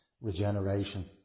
regeneration